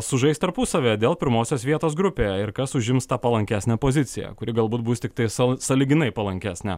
sužais tarpusavyje dėl pirmosios vietos grupėje ir kas užims tą palankesnę poziciją kuri galbūt bus tiktai sal sąlyginai palankesnė